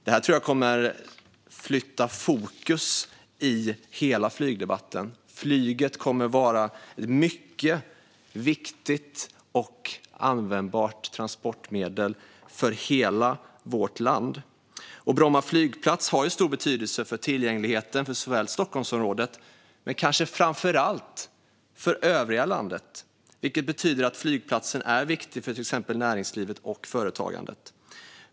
Det här tror jag kommer att flytta fokus i hela flygdebatten. Flyget kommer att vara ett mycket viktigt och användbart transportmedel för hela vårt land. Bromma flygplats har stor betydelse för tillgängligheten för Stockholmsområdet men kanske framför allt för övriga landet, vilket betyder att flygplatsen är viktig för till exempel näringslivet och företagandet.